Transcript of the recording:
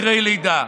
אחרי לידה.